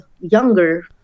younger